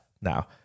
now